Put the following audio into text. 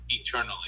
eternally